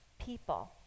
people